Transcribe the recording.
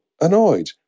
annoyed